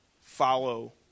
follow